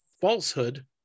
falsehood